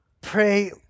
Pray